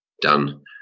done